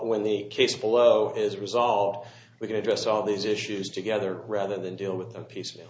when the case below is resolved we can address all these issues together rather than deal with a piece